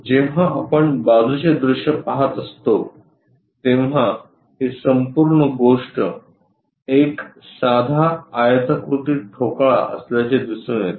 जेव्हा आपण बाजूचे दृश्य पहात असतो तेव्हा ही संपूर्ण गोष्ट एक साधा आयताकृती ठोकळा असल्याचे दिसून येते